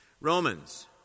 Romans